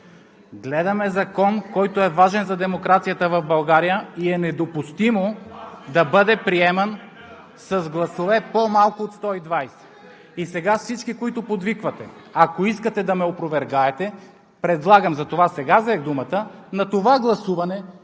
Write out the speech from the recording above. Гледаме закон, който е важен за демокрацията в България и е недопустимо да бъде приеман с гласове по-малко от 120. (Шум и реплики от ГЕРБ.) И сега всички, които подвиквате – ако искате да ме опровергаете, предлагам – затова сега взех думата, на това гласуване